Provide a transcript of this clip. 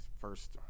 first